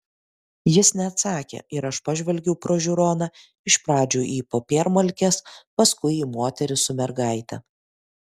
jis neatsakė ir aš pažvelgiau pro žiūroną iš pradžių į popiermalkes paskui į moterį su mergaite